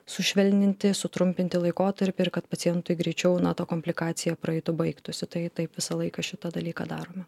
sušvelninti sutrumpinti laikotarpį ir kad pacientui greičiau na ta komplikacija praeitų baigtųsi tai taip visą laiką šitą dalyką darome